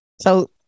So-